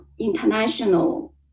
international